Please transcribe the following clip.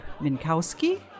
Minkowski